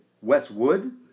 westwood